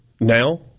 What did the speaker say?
now